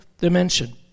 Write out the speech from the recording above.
dimension